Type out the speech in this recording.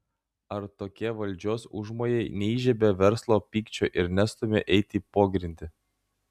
ar tokie valdžios užmojai neįžiebia verslo pykčio ir nestumia eiti į pogrindį